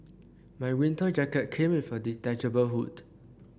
my winter jacket came with a detachable hood